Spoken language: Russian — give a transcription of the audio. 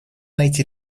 найти